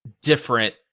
different